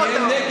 חיסונים להשיג?